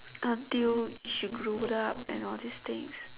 until she grew up and all these things